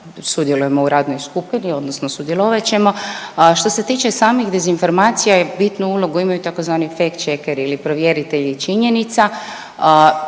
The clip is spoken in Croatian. Sudjelujemo u radnoj skupini odnosno sudjelovat ćemo. Što se tiče samih dezinformacija bitnu ulogu imaju tzv. fact checkeri ili provjeritelji činjenica.